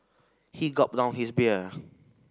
he gulped down his beer